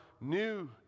new